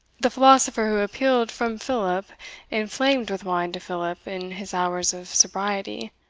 the philosopher who appealed from philip inflamed with wine to philip in his hours of sobriety,